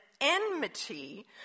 enmity